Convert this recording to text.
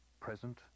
present